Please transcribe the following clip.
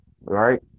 Right